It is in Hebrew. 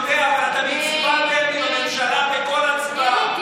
לכל אורך הדרך אתם תמכתם בממשלה, בכל הצבעה.